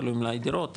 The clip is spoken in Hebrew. תלוי מלאי דירות,